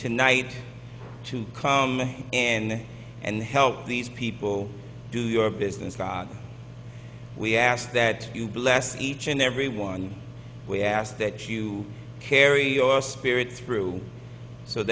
tonight to come and and help these people do your business we ask that you bless each and every one we ask that you carry your spirit through so